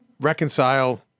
reconcile